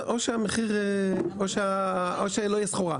או שלא תהיה סחורה.